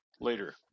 later